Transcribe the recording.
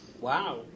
Wow